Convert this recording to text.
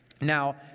Now